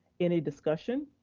any discussion?